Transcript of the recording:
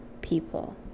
people